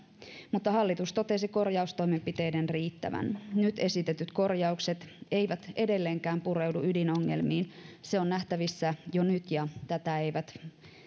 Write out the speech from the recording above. mutta hallitus totesi korjaustoimenpiteiden riittävän nyt esitetyt korjaukset eivät edelleenkään pureudu ydinongelmiin se on nähtävissä jo nyt ja tätä eivät